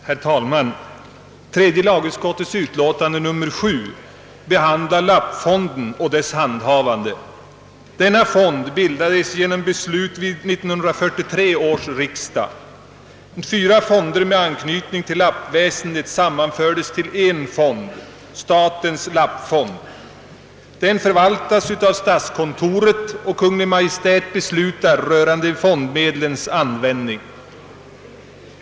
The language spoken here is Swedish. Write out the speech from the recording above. Herr talman! Tredje lagutskottets utlåtande nr 7 gäller lappfonden och dess handhavande. 1943 års riksdag. Fyra fonder med anknytning till lappväsendet sammanfördes då till en fond, statens lappfond. Den förvaltas av statskontoret, och Kungl. Maj:t beslutar rörande fondmedlens användning.